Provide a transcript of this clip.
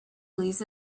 leaves